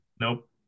Nope